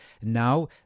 Now